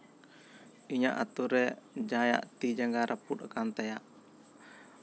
ᱤᱧᱟᱹᱜ ᱟᱛᱳᱨᱮ ᱡᱟᱦᱟᱸᱭᱟᱜ ᱛᱤ ᱡᱟᱸᱜᱟ ᱨᱟᱹᱯᱩᱫ ᱠᱟᱱ ᱛᱟᱭᱟ